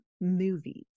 movies